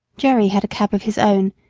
jerry had a cab of his own,